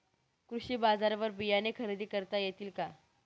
कृषी बाजारवर बियाणे खरेदी करता येतील का?